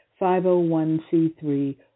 501c3